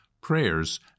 prayers